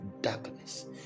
darkness